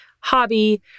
hobby